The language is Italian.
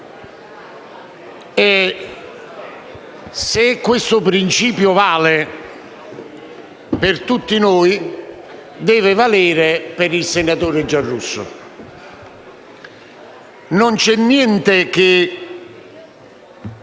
Se questo principio vale per tutti noi, deve valere anche per il senatore Giarrusso. Non c'è niente che